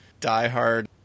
diehard